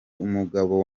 umugabo